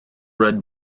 read